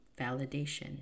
validation